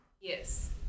Yes